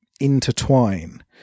intertwine